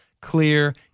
clear